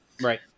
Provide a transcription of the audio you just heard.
Right